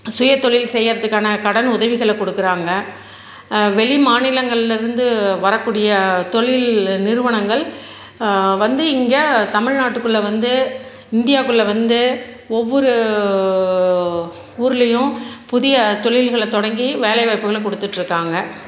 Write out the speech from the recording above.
சுயத்தொழில் செய்கிறத்துக்கான கடன் உதவிகள் கொடுக்குறாங்க வெளிமாநிலங்கள்லேருந்து வரக்கூடிய தொழில் நிறுவனங்கள் வந்து இங்கே தமிழ்நாட்டுக்குள்ளே வந்து இந்தியாக்குள்ளே வந்து ஒவ்வொரு ஊர்லேயும் புதிய தொழில்களை தொடங்கி வேலைவாய்ப்புகள் கொடுத்துட்ருக்காங்க